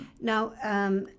Now